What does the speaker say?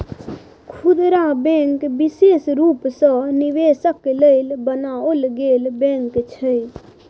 खुदरा बैंक विशेष रूप सँ निवेशक लेल बनाओल गेल बैंक छै